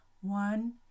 One